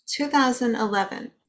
2011